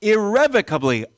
Irrevocably